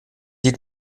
lied